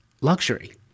luxury